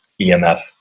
EMF